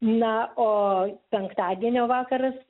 na o penktadienio vakaras